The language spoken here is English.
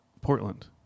Portland